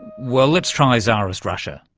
well, let's try czarist russia.